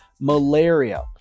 malaria